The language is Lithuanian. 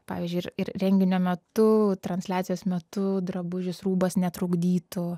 pavyzdžiui ir ir renginio metu transliacijos metu drabužis rūbas netrukdytų